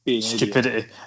Stupidity